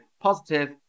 positive